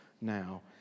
now